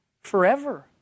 forever